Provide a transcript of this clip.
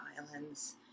islands